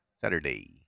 Saturday